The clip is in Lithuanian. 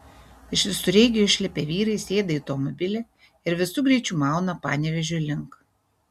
iš visureigio išlipę vyrai sėda į automobilį ir visu greičiu mauna panevėžio link